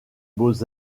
beaux